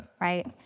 right